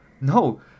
No